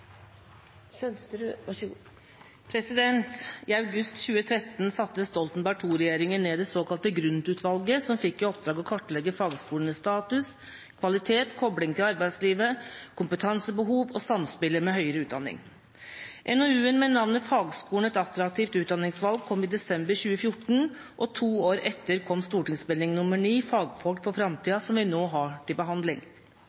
fikk i oppdrag å kartlegge fagskolenes status, kvalitet, kobling til arbeidslivet, kompetansebehov og samspillet med høyere utdanning. NOU-en med navnet Fagskolen – et attraktivt utdanningsvalg kom i desember 2014 og to år etter kom Meld. St. 9 for 2016–2017, Fagfolk for